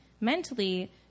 mentally